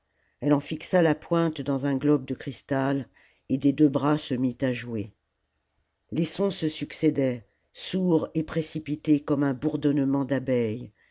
elle en fixa la pointe dans un globe de cristal et des deux bras se mit à jouer les sons se succédaient sourds et précipités comme un bourdonnement d'abeilles